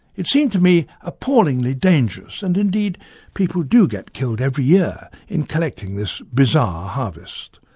it seemed to me appallingly dangerous and indeed people do get killed every year in collecting this bizarre harvest.